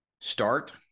start